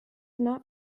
not